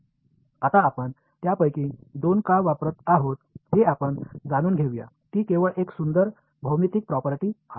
आता आपण त्यापैकी दोन का वापरत आहोत हे आपण जाणून घेऊया ती केवळ एक सुंदर भौमितिक प्रॉपर्टी आहे